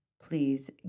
please